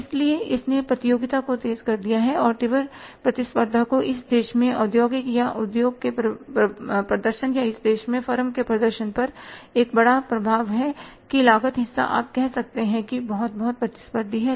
इसलिए इसने प्रतियोगिता को तेज किया है और तीव्र प्रतिस्पर्धा का इस देश में औद्योगिक या उद्योग के प्रदर्शन या इस देश में फर्म के प्रदर्शन पर एक बड़ा प्रभाव है कि लागत हिस्सा आप कह सकते हैं कि बहुत बहुत प्रतिस्पर्धी हैं